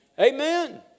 Amen